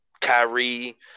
Kyrie